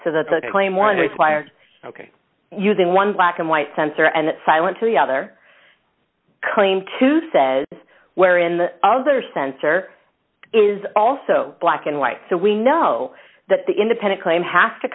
so that the claim one requires using one black and white sensor and silent to the other claim to says where in the other sensor is also black and white so we know that the independent claim have to